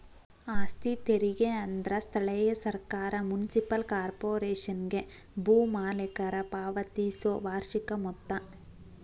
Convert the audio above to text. ಆಸ್ತಿ ತೆರಿಗೆ ಅಂದ್ರ ಸ್ಥಳೇಯ ಸರ್ಕಾರ ಮುನ್ಸಿಪಲ್ ಕಾರ್ಪೊರೇಶನ್ಗೆ ಭೂ ಮಾಲೇಕರ ಪಾವತಿಸೊ ವಾರ್ಷಿಕ ಮೊತ್ತ